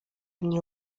mnie